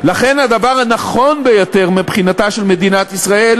לכן הדבר הנכון ביותר מבחינתה של מדינת ישראל